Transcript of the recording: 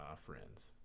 friends